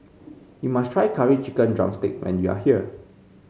you must try Curry Chicken drumstick when you are here